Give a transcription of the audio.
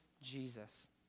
Jesus